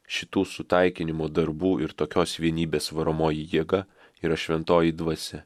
šitų sutaikinimo darbų ir tokios vienybės varomoji jėga yra šventoji dvasia